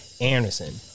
Anderson